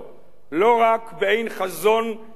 לא רק באין חזון ייפרע עם,